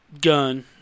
gun